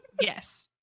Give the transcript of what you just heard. Yes